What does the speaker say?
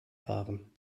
fahren